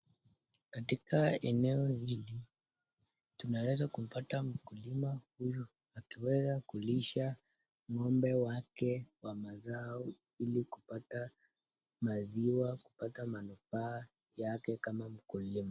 Katika eneo hili tunaweza kumpata mkulima huyu akiweza kulisha ngombe wake, wa mazao ilikuweza kupata maziwa, kupata manufaa yake kama mkulima.